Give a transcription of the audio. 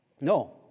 No